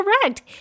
correct